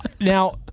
Now